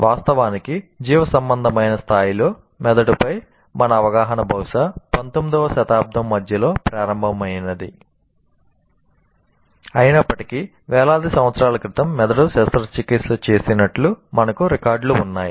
వాస్తవానికి జీవసంబంధమైన స్థాయిలో మెదడుపై మన అవగాహన బహుశా 19 వ శతాబ్దం మధ్యలో ప్రారంభమైంది అయినప్పటికీ వేలాది సంవత్సరాల క్రితం మెదడు శస్త్రచికిత్స చేసినట్లు మనకు రికార్డులు ఉన్నాయి